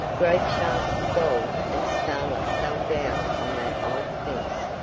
great shafts of gold and scarlet fell down on that old fence,